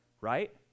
Right